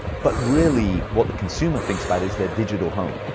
but really, what the consumer thinks about is their digital home.